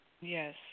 Yes